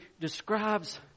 describes